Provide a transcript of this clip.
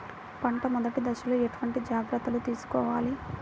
పంట మెదటి దశలో ఎటువంటి జాగ్రత్తలు తీసుకోవాలి?